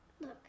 look